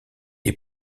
est